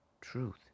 truth